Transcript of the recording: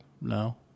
No